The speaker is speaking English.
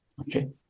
Okay